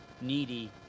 needy